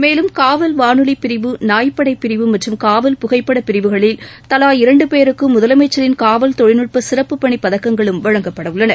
மேலும் காவல் வானொலிப் பிரிவு நாய் படை பிரிவு மற்றும் காவல் புகைப்பட பிரிவுகளில் தலா இரண்டு பேருக்கு முதலமைச்சரின் காவல் தொழில்நுட்ப சிறப்பு பணி பதக்கங்களும் வழங்கப்பட உள்ளன